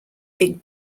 big